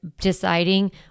deciding